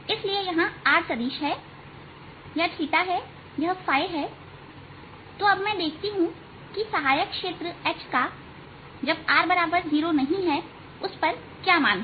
इसलिए यहां r सदिश है यह है यह है तो अब मैं देखती हूं कि सहायक क्षेत्र H का r≠0 पर क्या मान है